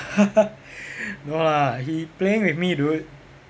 no lah he playing with me dude